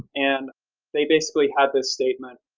and they basically had this statement,